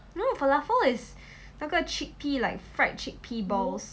no falafel is 那个 chickpea like fried chickpea balls